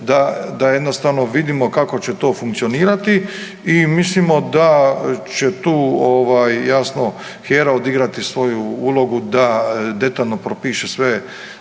da jednostavno vidimo kako će to funkcionirati i mislimo da će tu jasno HERA odigrati svoju ulogu da detaljno propiše sva